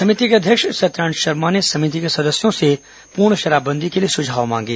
समिति के अध्यक्ष सत्यनारायण शर्मा ने समिति के सदस्यों से पूर्ण शराबबंदी के लिए सुझाव मांगे